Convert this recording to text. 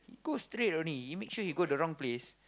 go straight only he make sure he go the wrong place